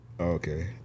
Okay